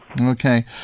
Okay